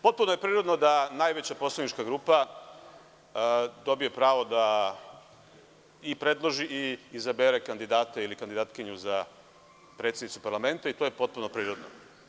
Potpuno je prirodno da najveća poslanička grupa dobije pravo da i predloži i izabere kandidata ili kandidatkinju za predsednicu parlamenta i to je potpuno prirodno.